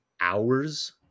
hours